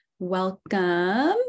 welcome